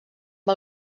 amb